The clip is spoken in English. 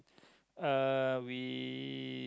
uh we